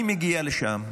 אני מגיע לשם,